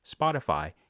Spotify